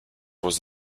was